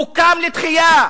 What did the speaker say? הוא קם לתחייה.